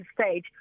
stage